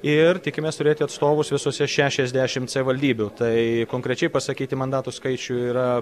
ir tikimės turėti atstovus visose šešiasdešimt savivaldybių tai konkrečiai pasakyti mandatų skaičių yra